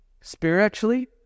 spiritually